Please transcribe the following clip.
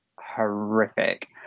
horrific